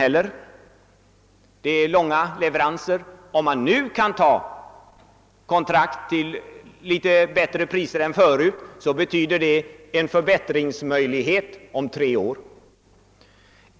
Leveranstiderna är långa, och om man nu kan teckna kontrakt om litet bättre priser än förut, betyder det en förbättring först om ett par tre år.